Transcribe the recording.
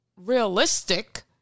realistic